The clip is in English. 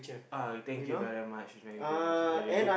uh thank you very much is very good very good